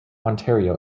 ontario